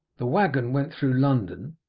the wagon went through london,